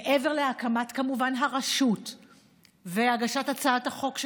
מעבר להקמת הרשות והגשת הצעת החוק,